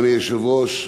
אדוני היושב-ראש,